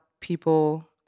people